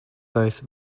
both